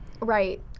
Right